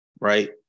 right